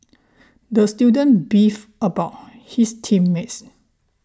the student beefed about his team mates